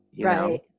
Right